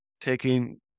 taking